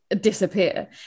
disappear